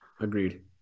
Agreed